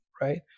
right